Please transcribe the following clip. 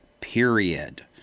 Period